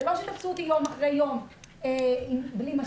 זה לא שתפסו אותי יום אחרי יום בלי מסכה.